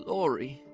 glory,